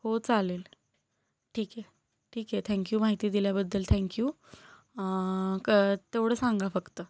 हो चालेल ठीक आहे ठीक आहे थँक्यू माहिती दिल्याबद्दल थँक्यू क तेवढं सांगा फक्त